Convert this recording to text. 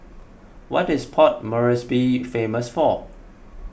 what is Port Moresby famous for